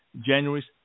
January